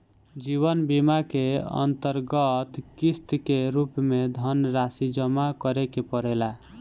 जीवन बीमा के अंतरगत किस्त के रूप में धनरासि जमा करे के पड़ेला